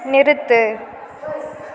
நிறுத்து